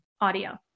audio